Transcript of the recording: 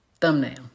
thumbnail